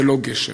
זה לא גשם.